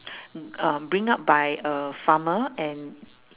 mm um bring up by a farmer and